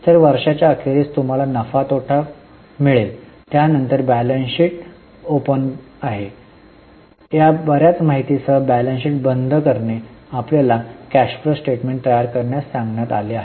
तर वर्षाच्या अखेरीस तुम्हाला नफा आणि तोटा मिळाला आहे त्यानंतर बॅलन्स शीट उघडत आहे आणि या बरीच माहितीसह बॅलन्स शीट बंद करणे आपल्याला कॅश फ्लो स्टेटमेंट तयार करण्यास सांगण्यात आले आहे